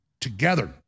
together